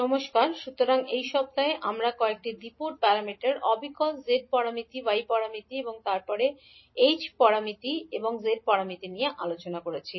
নমস্কার সুতরাং এই সপ্তাহে আমরা কয়েকটি দ্বি পোর্ট প্যারামিটার অবিকল z প্যারামিটার y প্যারামিটার এবং তারপরে h প্যারামিটার z প্যারামিটার নিয়ে আলোচনা করেছি